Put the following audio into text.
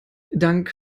dank